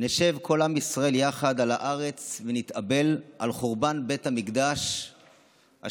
נשב כל עם ישראל יחד על הארץ ונתאבל על חורבן בית המקדש השני.